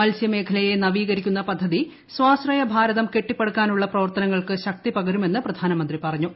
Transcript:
മത്സ്യമേഖലയെ നവീകരിക്കുന്ന പദ്ധതി സ്വാശ്രയ ഭാരതം കെട്ടിപ്പിടുക്കാനുള്ള പ്രവർത്തനങ്ങൾക്ക് ശക്തി പകരുമെന്ന് പ്രധാനമന്ത്രി പറഞ്ഞു